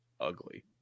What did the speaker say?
ugly